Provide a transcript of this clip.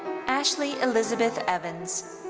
ashley elizabeth evans.